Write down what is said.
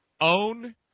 own